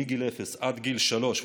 מגיל אפס עד גיל שלוש,